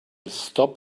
stop